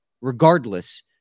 Regardless